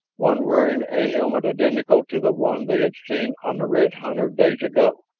one wearing a helmet identical to the one they had seen on the red hunter days ago.